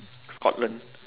scotland